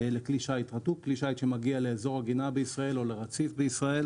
לכלי שיט רתוק כלי שיט שמגיע לעגינה בישראל או לרציף בישראל